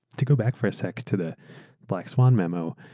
to go back for a sec to the black swan memo,